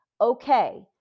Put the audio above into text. okay